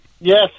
Yes